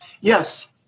Yes